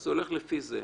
אז הולכים לפי זה.